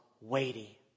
weighty